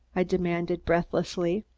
i demanded breathlessly.